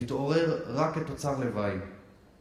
התעורר רק כתוצר לוואי